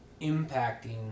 impacting